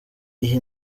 iyi